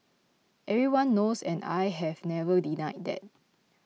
everyone knows and I have never denied that